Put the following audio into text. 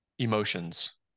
emotions